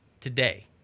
Today